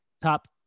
Top